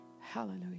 Hallelujah